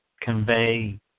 convey